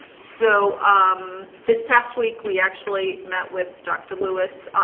so um this past week. we actually met with dr. lewis